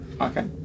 Okay